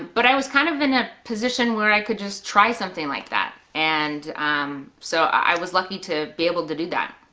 but i was kind of in a position where i could just try something like that, and so i was lucky to be able to do that.